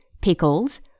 pickles